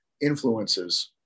influences